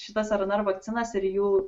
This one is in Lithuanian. šitas rnr vakcinas ir jų